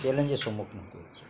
চ্যালেঞ্জের সম্মুখীন হতে হছে